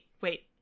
wait